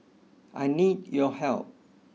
I need your help